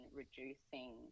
reducing